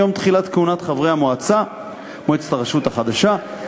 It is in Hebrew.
מיום תחילת כהונת חברי מועצת הרשות החדשה,